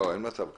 לא, אין מצב כזה.